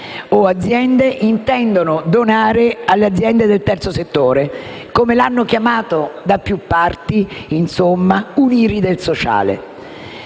o aziende intendono donare alle aziende del terzo settore: come l'hanno chiamata da più parti, insomma, un'IRI del sociale.